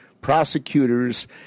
prosecutors